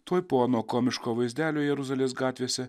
tuoj po ano komiško vaizdelio jeruzalės gatvėse